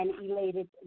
elated